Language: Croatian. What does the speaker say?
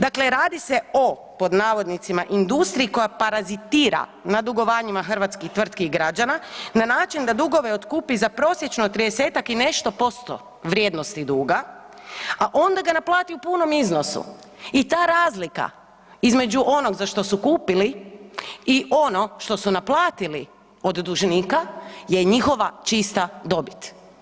Dakle, radi se o pod navodnicima industriji koja parazitira na dugovanjima hrvatskih tvrtki i građana na način da dugove otkupi za prosječno 30-tak i nešto posto vrijednosti duga, a onda ga naplati u punom iznosu i ta razlika između onog za što su kupili i ono što su naplatili od dužnika je njihova čista dobit.